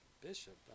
bishop